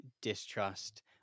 distrust